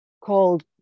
called